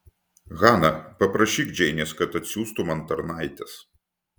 hana paprašyk džeinės kad atsiųstų man tarnaites